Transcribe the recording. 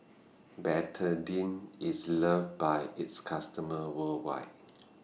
Betadine IS loved By its customers worldwide